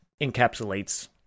encapsulates